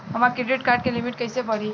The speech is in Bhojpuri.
हमार क्रेडिट कार्ड के लिमिट कइसे बढ़ी?